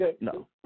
no